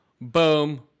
Boom